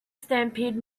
stampede